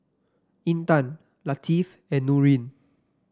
Intan Latif and Nurin